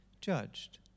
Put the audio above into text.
judged